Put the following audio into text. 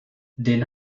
den